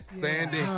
Sandy